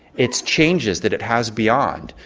it's changes that it has beyond.